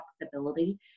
flexibility